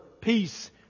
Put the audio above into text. Peace